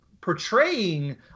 portraying